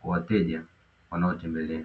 kwa wateja wanaotembelea.